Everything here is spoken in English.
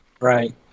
Right